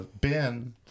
Ben